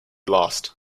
lost